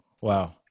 wow